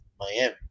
Miami